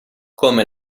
come